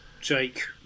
Jake